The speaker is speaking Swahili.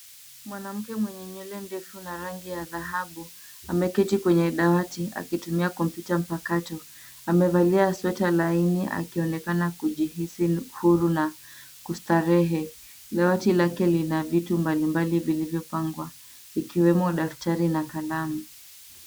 Mwanamke mwenye nywele ndefu na rangi ya dhahabu, ameketi kwenye dawati, akitumia kompyuta mpakato. Amevalia sweta laini akionekana kujihisi huru na kustarehe. Dawati lake lina vitu mbalimbali vilivyopangwa, ikiwemo daftari na kalamu.